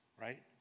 right